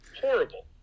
horrible